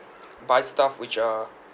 buy stuff which are